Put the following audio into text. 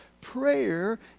Prayer